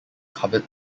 covered